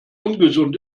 ungesund